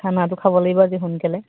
খানাটো খাব লাগিব আজি সোনকালে